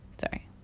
Sorry